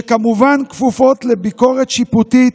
שכמובן יהיו כפופות לביקורת שיפוטית,